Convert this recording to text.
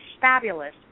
fabulous